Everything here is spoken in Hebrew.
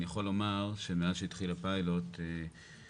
אני יכול לומר שמאז שהתחיל הפיילוט הקשר,